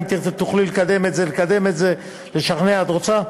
אם תוכלי לקדם את זה, לקדם את זה, לשכנע את רוצה?